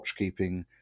watchkeeping